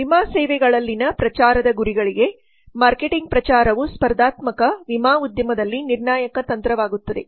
ವಿಮಾ ಸೇವೆಗಳಲ್ಲಿನ ಪ್ರಚಾರದ ಗುರಿಗಳಿಗೆ ಮಾರ್ಕೆಟಿಂಗ್ ಪ್ರಚಾರವು ಸ್ಪರ್ಧಾತ್ಮಕ ವಿಮಾ ಉದ್ಯಮದಲ್ಲಿ ನಿರ್ಣಾಯಕ ತಂತ್ರವಾಗುತ್ತದೆ